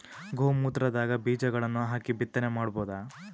ಗೋ ಮೂತ್ರದಾಗ ಬೀಜಗಳನ್ನು ಹಾಕಿ ಬಿತ್ತನೆ ಮಾಡಬೋದ?